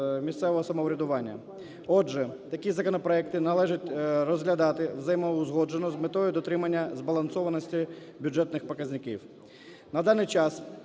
місцевого самоврядування. Отже, такі законопроекти належить розглядати взаємоузгоджено з метою дотримання збалансованості бюджетних показників.